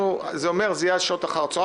זה אומר שזה יהיה עד שעות אחר-הצוהריים,